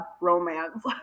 romance